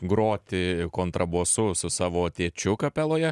groti kontrabosu su savo tėčiu kapeloje